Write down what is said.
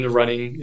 running